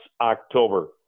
October